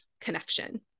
connection